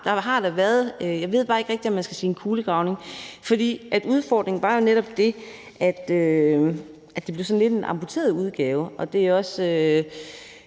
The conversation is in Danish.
der har da været, jeg ved bare ikke rigtig, om jeg skal sige en kulegravning, for udfordringen var netop den, at det blev en sådan lidt amputeret udgave af en kulegravning,